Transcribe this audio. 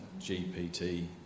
gpt